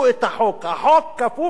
החוק כפוף למתיישבים.